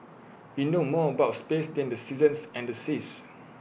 we know more about space than the seasons and the seas